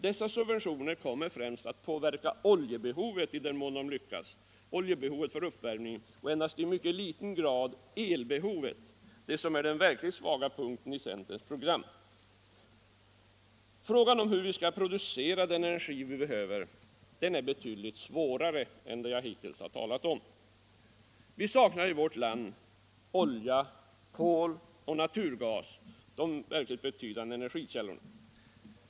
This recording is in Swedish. Dessa subventioner skulle främst påverka oljebehovet för uppvärmning och endast i liten grad elkraftsbehovet, och det är den verkligt svaga punkten i centerns program. Frågan om hur vi skall producera den energi vi behöver är betydligt svårare än det som jag hittills har talat om. Vi saknar i vårt land olja, kol och naturgas, de verkligt betydande energikällorna.